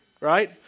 Right